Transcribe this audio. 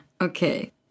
Okay